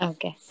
Okay